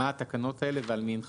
מה התקנות האלה ועל מי הן חלות.